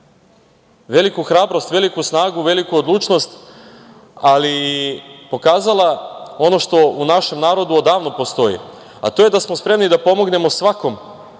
veliku hrabrost, veliku snagu, veliku odlučnost, ali pokazala ono što u našem narodu odavno postoji, a to je da smo spremni da pomognemo svakom